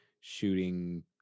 shooting